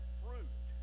fruit